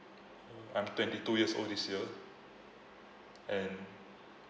I'm twenty two years old this year and